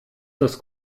das